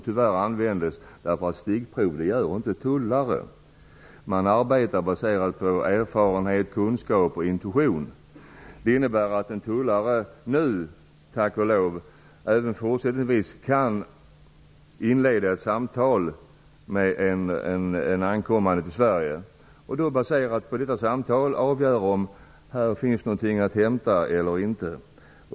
Tullarna gör inte stickprov, utan deras arbete är baserad på erfarenhet, kunskap och intuition. Det innebär, tack och lov, att en tullare även fortsättningsvis kan inleda ett samtal med en person som ankommer till Sverige och på den grunden avgöra om det finns grund för ingripande eller inte.